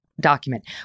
document